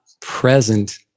present